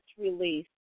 released